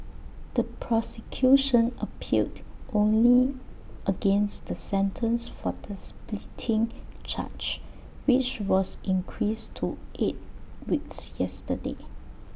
the prosecution appealed only against the sentence for the spitting charge which was increased to eight weeks yesterday